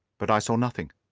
but i saw nothing.